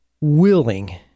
willing